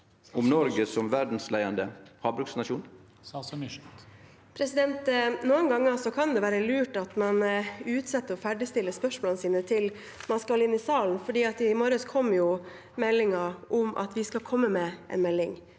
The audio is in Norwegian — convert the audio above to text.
om Noreg som verdsleiande havbruksnasjon? Statsråd Cecilie Myrseth Noen ganger kan det være lurt at man utsetter å ferdigstille spørsmålene sine til man skal inn i salen, for i morges kom jo meldingen om at vi skal komme med en melding